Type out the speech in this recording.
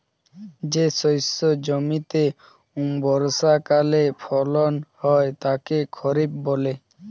যে শস্য জমিতে বর্ষাকালে ফলন হয় তাকে খরিফ বলে